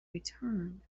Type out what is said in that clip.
returned